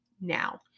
now